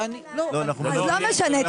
לא משנה,